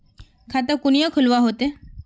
खाता कुनियाँ खोलवा होते?